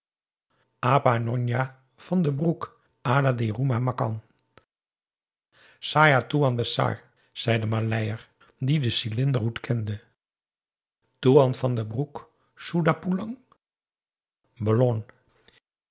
njonja van den broek ada di roemah makan saja toean besar zei de maleier die den cylinderhoed kende toean van den broek